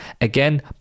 again